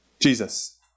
Jesus